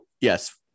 yes